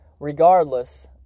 Regardless